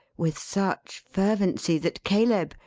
with such fervency, that caleb,